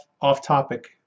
off-topic